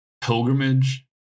pilgrimage